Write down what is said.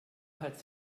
hat